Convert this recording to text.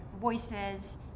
voices